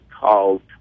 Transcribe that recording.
called